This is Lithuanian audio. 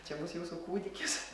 čia bus jūsų kūdikis